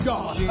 God